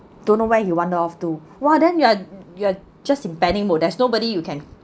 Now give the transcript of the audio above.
don't know where he wander off to !wah! then you are you are just in panic mode there's nobody you can